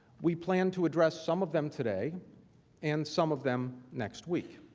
we plan to address some of them today and some of them next week.